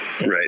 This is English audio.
Right